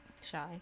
shy